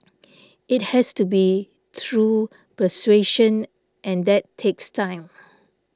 it has to be through persuasion and that takes time